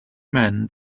men